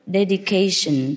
dedication